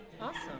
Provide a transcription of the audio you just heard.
Awesome